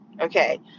Okay